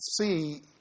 see